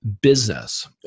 business